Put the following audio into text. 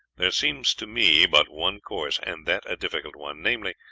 there seems to me but one course, and that a difficult one namely,